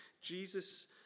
Jesus